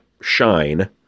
shine